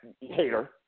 hater